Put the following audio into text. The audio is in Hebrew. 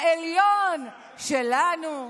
העליון, שלנו.